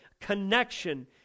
connection